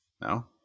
no